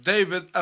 David